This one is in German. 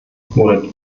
wurde